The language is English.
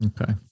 Okay